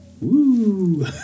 Woo